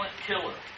killer